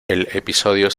episodio